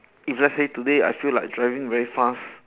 if let's say today I feel like driving very fast